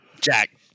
Jack